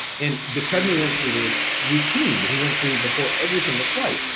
and de crespigny went through this routine that he went through before every single flight,